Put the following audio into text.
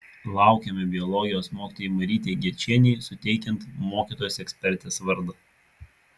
laukiame biologijos mokytojai marytei gečienei suteikiant mokytojos ekspertės vardą